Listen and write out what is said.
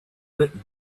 written